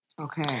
Okay